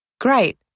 Great